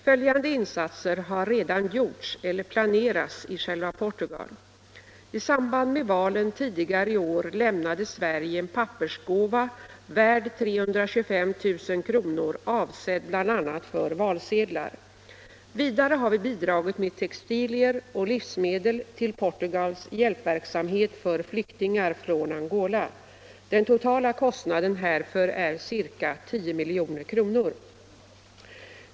Följande insatser har redan gjorts eller planeras i själva Portugal. I samband med valen tidigare i år lämnade Sverige en pappersgåva värd 325 000 kr. avsedd bl.a. för valsedlar. Vidare har vi bidragit med textilier och livsmedel till Portugals hjälpverksamhet för flyktingar från Angola. Den totala kostnaden härför är ca 10 milj.kr.